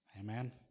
Amen